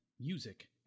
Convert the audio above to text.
music